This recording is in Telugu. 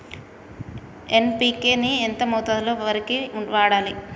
ఎన్.పి.కే ని ఎంత మోతాదులో వరికి వాడాలి?